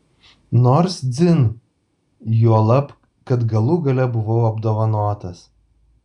nors dzin juolab kad galų gale buvau apdovanotas